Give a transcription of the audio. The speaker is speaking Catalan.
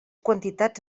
quantitats